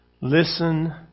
Listen